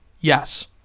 Yes